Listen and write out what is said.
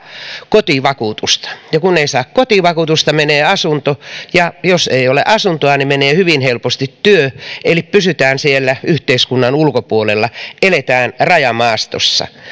kotivakuutusta ja kun ei saa kotivakuutusta menee asunto ja jos ei ole asuntoa niin menee hyvin helposti työ eli pysytään siellä yhteiskunnan ulkopuolella eletään rajamaastossa tämä